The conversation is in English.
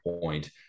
point